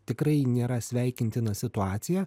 tikrai nėra sveikintina situacija